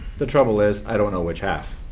the trouble is i don't know which half.